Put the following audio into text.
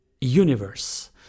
universe